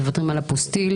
מוותרים על הפוסטיל,